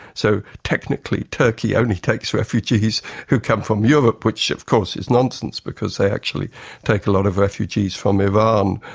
so technically turkey only takes refugees who come from europe, which of course is nonsense because they actually take a lot of refugees from iran. um